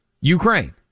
Ukraine